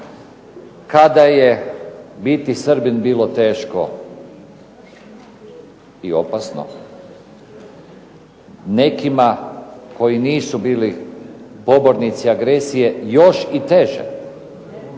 kada je biti Srbin bilo teško i opasno, nekima koji nisu bili pobornici agresije još i teže,